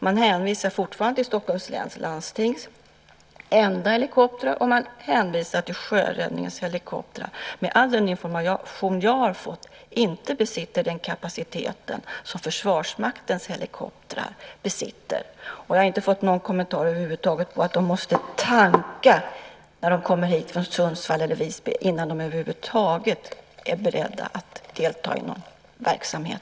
Man hänvisar fortfarande till Stockholms läns landstings enda helikopter och till Sjöfartsverkets helikoptrar, vilka enligt all den information jag fått inte besitter den kapacitet som Försvarsmaktens helikoptrar har. Jag har dessutom inte fått någon kommentar om att de måste tanka när de kommer hit från Sundsvall eller Visby innan de över huvud taget är beredda att delta i någon verksamhet.